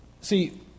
See